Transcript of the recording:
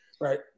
Right